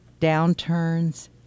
downturns